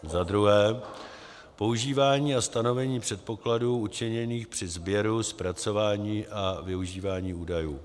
2. používání a stanovení předpokladů učiněných při sběru, zpracování a využívání údajů;